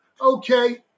Okay